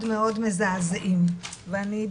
מאוד מאוד מזעזעים ואני,